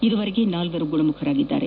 ಇದುವರೆಗೆ ನಾಲ್ವರು ಗುಣಮುಖರಾಗಿದ್ದಾರೆ